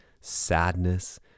sadness